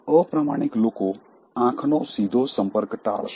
અપ્રમાણિક લોકો આંખનો સીધો સંપર્ક ટાળશે